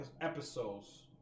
episodes